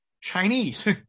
Chinese